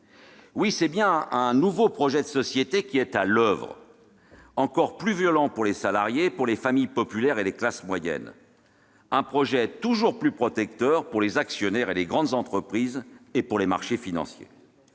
Oui, c'est bien un nouveau projet de société qui est à l'oeuvre, encore plus violent pour les salariés, pour les familles populaires et les classes moyennes, un projet toujours plus protecteur pour les actionnaires des grandes entreprises et pour les marchés financiers.